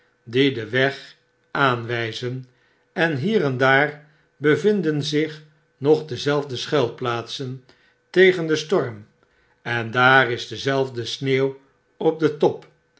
die den weg aanwtjzen en hier en daar bevinden zich nog dezelfde schuilplaatsen tegen den storm en daar is dezelfde sneeuw op den top